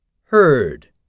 Heard